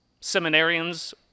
seminarians